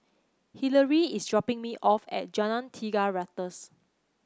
Hillery is dropping me off at Jalan Tiga Ratus